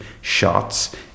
shots